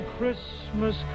Christmas